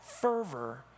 fervor